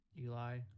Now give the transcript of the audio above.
Eli